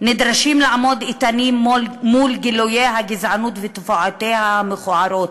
נדרשים לעמוד איתנים מול גילויי הגזענות ותופעותיה המכוערות,